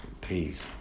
Peace